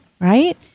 right